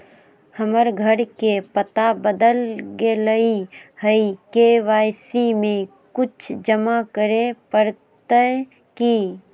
हमर घर के पता बदल गेलई हई, के.वाई.सी में कुछ जमा करे पड़तई की?